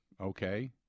okay